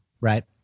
Right